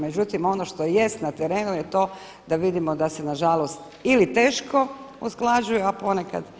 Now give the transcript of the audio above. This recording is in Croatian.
Međutim, ono što jest na terenu je to da vidimo da se nažalost ili teško usklađuju a ponekad i nikako.